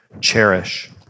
cherish